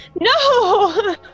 No